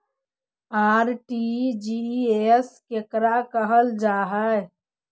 RTGS केकरा कहल जा है?